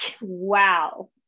wow